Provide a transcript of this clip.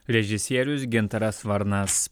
režisierius gintaras varnas